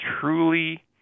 truly